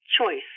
choice